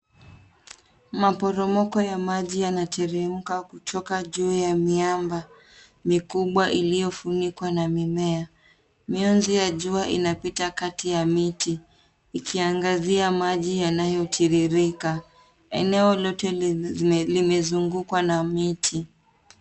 Maporomoko ya maji yanateremka kutoka juu ya miamba mikubwa iliyofunikwa na mimea. Mianzi ya jua inapita kati ya miti, ikiangazia maji yanayotiririka. Eneo lote limezungukwa na miti.